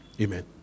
Amen